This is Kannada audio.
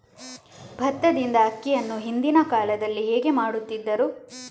ಭತ್ತದಿಂದ ಅಕ್ಕಿಯನ್ನು ಹಿಂದಿನ ಕಾಲದಲ್ಲಿ ಹೇಗೆ ಮಾಡುತಿದ್ದರು?